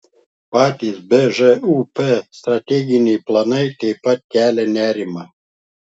patys bžūp strateginiai planai taip pat kelia nerimą